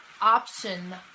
option